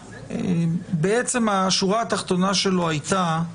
בעצם השורה התחתונה שלו הייתה,